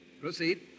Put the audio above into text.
Proceed